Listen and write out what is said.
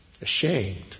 ashamed